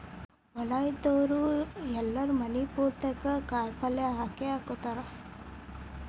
ಹೊಲಾ ಇದ್ದಾವ್ರು ಎಲ್ಲಾರೂ ಮನಿ ಪುರ್ತೇಕ ಕಾಯಪಲ್ಯ ಹಾಕೇಹಾಕತಾರ